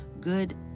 good